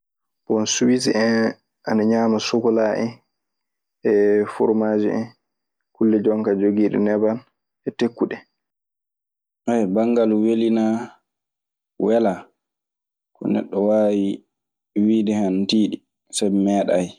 Bon, siwisi en ana ñaama sokkola en e foromaas en. Kulle jonkaa jogiiɗe neban e tekkuɗe. Banngal weli naa we laa ko neɗɗo waawi wiide hen ana tiiɗi, sabi mi meeɗaayi.